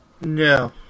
No